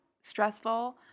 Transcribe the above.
stressful